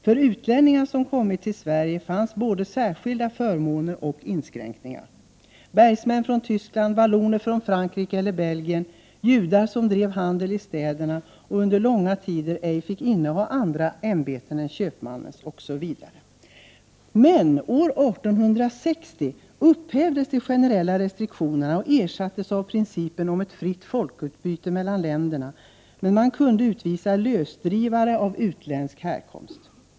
För utlänningar som kommit till Sverige fanns både särskilda förmåner 35 Frankrike eller Belgien. Judar som drev handel i städerna fick under långa tider ej inneha andra ämbeten än köpmannens, osv. Men år 1860 upphävdes de generella restriktionerna och ersattes av principen om ett fritt folkutbyte mellan länderna, men man kunde utvisa lösdrivare av utländsk härkomst.